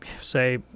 say